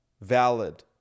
Valid